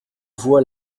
voix